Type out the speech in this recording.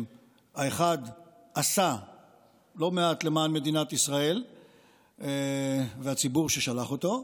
האחד עשה לא מעט למען מדינת ישראל והציבור ששלח אותו,